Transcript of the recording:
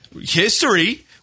history